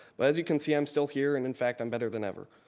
but as you can see, i'm still here and in fact, i'm better than ever.